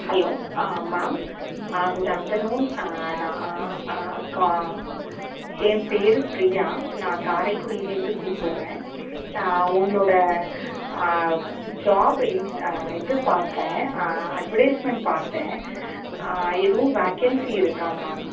hello ah ma'am good afternoon நான் கா என் பெயரு பிரியா நான் காரைக்குடிலேருந்து கூப்பிட்றேன் உங்களோடய ஜாப்பு இன் இது பார்த்தேன் அட்வடைஸ்மெண்ட் பார்த்தேன் எதுவும் வேக்கென்ஸி இருக்கா மேம்